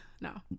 no